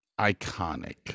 iconic